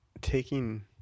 taking